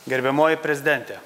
gerbiamoji prezidente